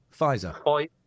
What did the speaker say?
Pfizer